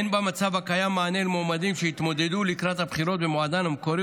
אין במצב הקיים מענה למועמדים שהתמודדו לקראת הבחירות במועדן המקורי